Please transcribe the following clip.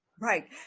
Right